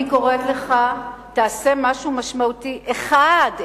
אני קוראת לך, תעשה משהו משמעותי אחד.